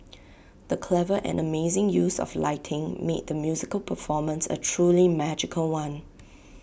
the clever and amazing use of lighting made the musical performance A truly magical one